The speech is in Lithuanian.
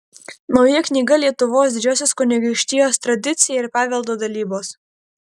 nauja knyga lietuvos didžiosios kunigaikštijos tradicija ir paveldo dalybos